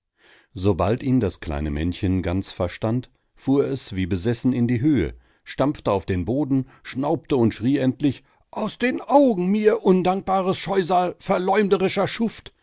sobald ihn das kleine männchen ganz verstand fuhr es wie besessen in die höhe stampfte auf den boden schnaubte und schrie endlich aus den augen mir undankbares scheusal verleumderischer schuft